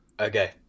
Okay